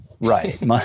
Right